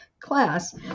class